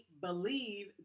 believe